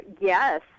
yes